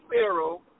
Pharaoh